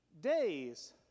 days